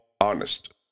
honest